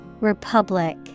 Republic